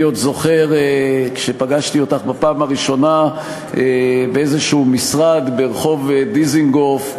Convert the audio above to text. אני עוד זוכר שפגשתי אותך בפעם הראשונה באיזשהו משרד ברחוב דיזנגוף,